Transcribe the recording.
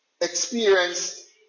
experienced